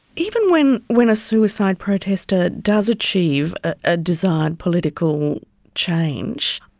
even when when a suicide protester does achieve a desired political change,